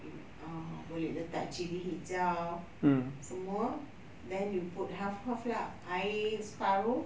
you uh boleh letak chilli hijau semua lah then you put half half lah separuh